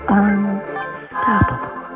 unstoppable